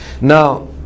Now